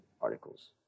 articles